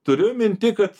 turiu minty kad